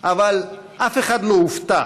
אבל אף אחד לא הופתע